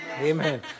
amen